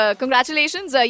congratulations